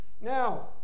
Now